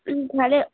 হুম নাহলে